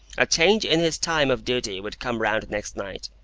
a change in his time of duty would come round next night,